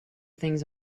things